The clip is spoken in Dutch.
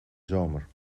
zomer